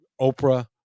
Oprah